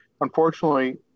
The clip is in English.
unfortunately